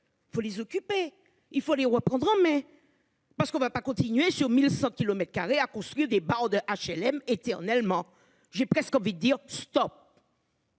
Faut les occuper, il faut les rois mais.-- Parce qu'on va pas continuer sur 1100 km2 à construire des barreaux de HLM éternellement. J'ai presque envie de dire, Stop.--